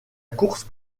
course